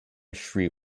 street